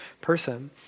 person